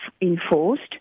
enforced